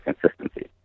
consistency